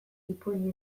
ipuin